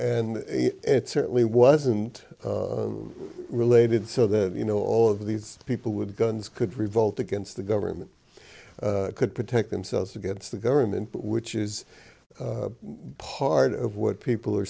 and it certainly wasn't related so that you know all of these people with guns could revolt against the government could protect themselves against the government which is part of what people are